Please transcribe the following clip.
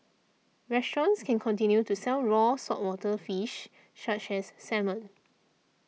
restaurants can continue to sell raw saltwater fish such as salmon